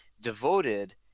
Devoted